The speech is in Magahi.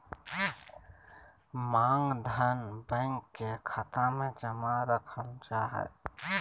मांग धन, बैंक के खाता मे जमा रखल जा हय